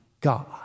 God